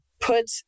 put